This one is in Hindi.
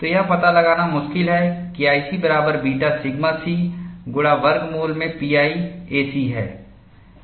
तो यह पता लगाना मुश्किल है KIC बराबर बीटा सिग्मा c गुणा वर्ग मूल में pi a c है